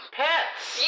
pets